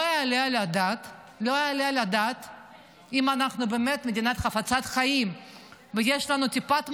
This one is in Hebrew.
לא יעלה על הדעת, אם אנחנו באמת מדינה חפצת חיים ויש לנו טיפת מוסר,